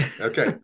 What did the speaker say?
Okay